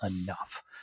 enough